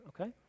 okay